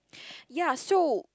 ya so